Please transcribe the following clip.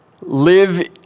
live